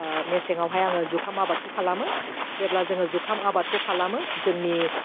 ओह मेसेंआवहाय आङो जुखाम आबादखौ खालामो जेब्ला जोङो जुखाम आबादखौ खालामो जोंनि